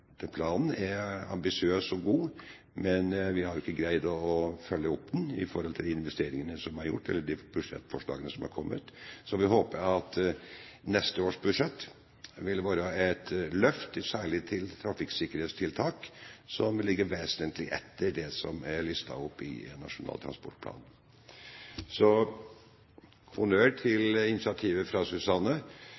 Planen er ambisiøs og god, men vi har jo ikke greid å følge den opp i forhold til de investeringene som er gjort, eller de budsjettforslagene som er kommet. Så vi håper at neste års budsjett vil være et løft, særlig for trafikksikkerhetstiltak, som ligger vesentlig etter det som er listet opp i Nasjonal transportplan. Så jeg vil gi honnør til